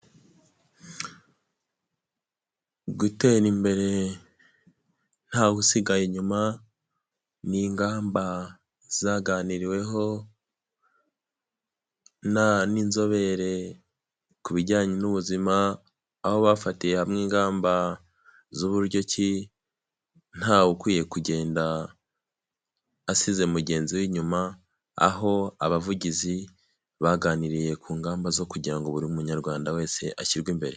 Gutera imbere ntawe usigaye inyuma ni ingamba zaganiriweho n'inzobere ku bijyanye n'ubuzima, aho bafatiye hamwe ingamba z'uburyo ki ntawukwiye kugenda asize mugenzi we inyuma. Aho abavugizi baganiriye ku ngamba zo kugira ngo buri munyarwanda wese ashyirwe imbere.